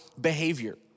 behavior